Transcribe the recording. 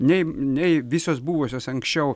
nei nei visos buvusios anksčiau